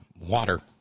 water